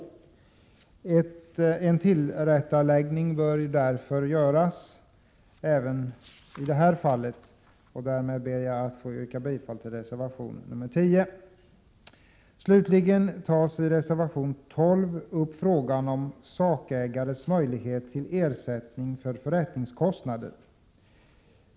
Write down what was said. Ett tillrättaläggande bör därför göras även i detta fall. Därmed ber jag att få yrka bifall till reservation 10. I reservation 12 tas frågan om sakägares möjlighet att få ersättning för förrättningskostnader upp.